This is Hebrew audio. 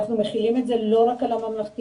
אנחנו מחילים את זה לא רק על הממלכתיים,